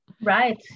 Right